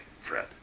Fred